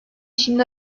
şimdi